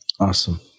Awesome